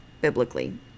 biblically